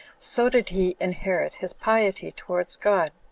so did he inherit his piety towards god,